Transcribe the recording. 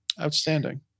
Outstanding